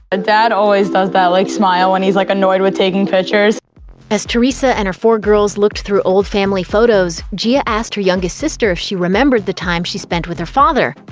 dad always does that, like, smile when he's like annoyed with taking pictures as teresa and her four girls looked through old family photos, gia asked her youngest sister if she remembered the time she spent with her father.